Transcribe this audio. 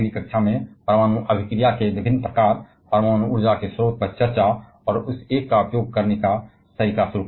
हम अगली कक्षा में विभिन्न प्रकार की परमाणु प्रतिक्रिया को देखकर शुरू करेंगे और परमाणु ऊर्जा के स्रोत पर चर्चा करेंगे और उस एक के दोहन का तरीका